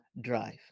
Drive